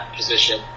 position